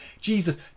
Jesus